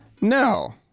No